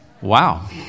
Wow